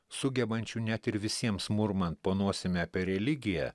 sugebančių net ir visiems murmant po nosimi apie religiją